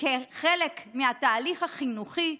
כחלק מהתהליך החינוכי,